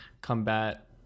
combat